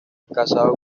casado